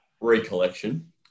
recollection